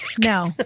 No